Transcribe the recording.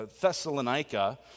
Thessalonica